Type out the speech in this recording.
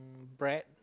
brat